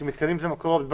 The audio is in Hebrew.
כי מתקנים זה מקור הדבקה,